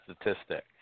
statistic